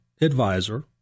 advisor